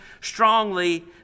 strongly